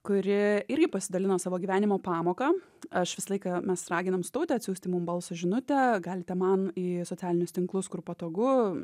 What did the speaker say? kuri irgi pasidalino savo gyvenimo pamoka aš visą laiką mes raginam su taute atsiųsti mum balso žinutę galite man į socialinius tinklus kur patogu